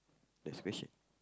next question